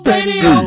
Radio